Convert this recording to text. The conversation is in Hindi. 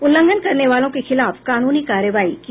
उल्लंघन करने वालों के खिलाफ कानूनी कार्रवाई की जायेगी